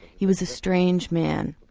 he was a strange man,